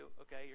okay